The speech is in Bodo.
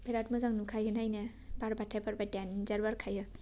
बिरात मोजां नुखायो नायनो बारबाथाय बारबाय देन्जार बारखायो